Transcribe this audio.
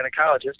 gynecologist